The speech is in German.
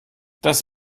das